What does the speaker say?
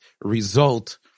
result